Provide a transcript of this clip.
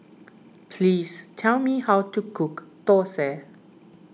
please tell me how to cook Dosa